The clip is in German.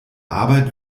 arbeit